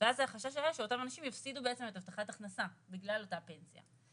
החשש היה שאותם אנשים יפסידו בעצם את הבטחת הכנסה בגלל אותה פנסיה.